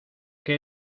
que